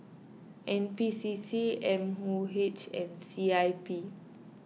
N P C C M O H and C I P